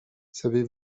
savez